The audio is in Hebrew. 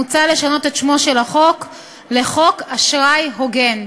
מוצע לשנות את שמו של החוק ל"חוק אשראי הוגן".